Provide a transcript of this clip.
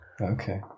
Okay